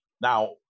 Now